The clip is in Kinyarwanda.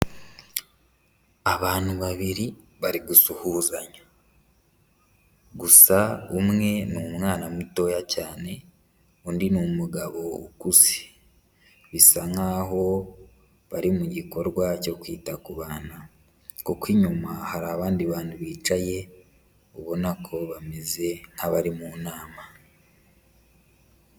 Abantu babiri bari gusuhuzanya, gusa umwe ni umwana mutoya cyane undi ni umugabo ukuze. Bisa nkaho bari mu gikorwa cyo kwita ku bana, kuko inyuma hari abandi bantu bicaye ubona ko bameze nk'abari mu nama.